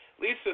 Lisa